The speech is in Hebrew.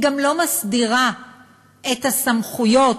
והיא גם לא מסדירה את הסמכויות